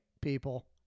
people